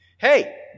Hey